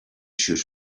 shoot